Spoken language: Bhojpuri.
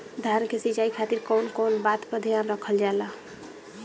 धान के सिंचाई खातिर कवन कवन बात पर ध्यान रखल जा ला?